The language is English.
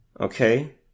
Okay